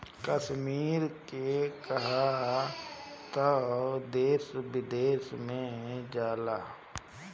कश्मीर के कहवा तअ देश विदेश में जाला